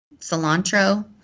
cilantro